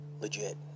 legit